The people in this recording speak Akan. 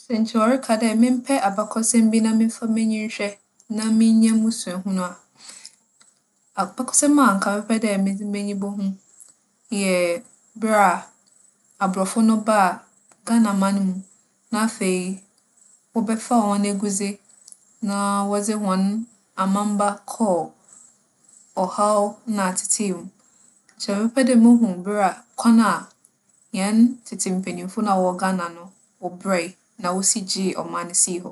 Sɛ nkyɛ wͻreka dɛ mempɛ abakͻsɛm bi na memfa m'enyi nhwɛ na minya mu suahu a, abakͻsɛm a nka mɛpɛ dɛ medze m'enyi bohu yɛ ber a Aborͻfo no baa Ghanaman mu, na afei, wͻbɛfaa hͻn egudze na wͻdze hͻn amamba kͻr ͻhaw na atsetsee mu. Nkyɛ mɛpɛ dɛ mohu ber a - kwan a hɛn tsetse mpanyimfo no a wͻwͻ Ghana no wͻbrɛe na wosii gyee ͻman yi sii hͻ.